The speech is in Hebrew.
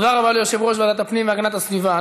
תודה רבה ליושב-ראש ועדת הפנים והגנת הסביבה.